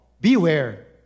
Beware